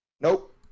Nope